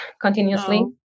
continuously